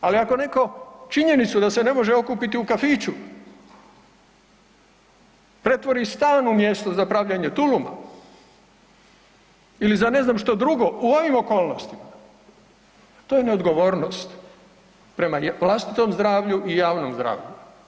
Ali ako neko činjenicu da se ne može okupiti u kafiću pretvori stan u mjesto za pravljenje tuluma ili za ne znam što drugo u ovim okolnostima, pa to je neodgovornost prema vlastitom zdravlju i javnom zdravlju.